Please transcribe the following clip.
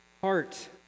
heart